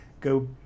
go